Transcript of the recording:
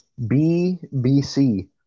BBC